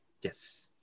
yes